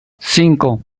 cinco